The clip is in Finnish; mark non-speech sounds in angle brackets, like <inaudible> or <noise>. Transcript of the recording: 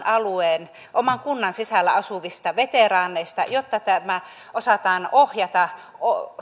<unintelligible> alueen oman kunnan sisällä asuvista veteraaneista jotta tämä kuntoutusmahdollisuus osataan ohjata